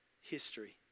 history